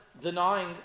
denying